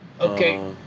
Okay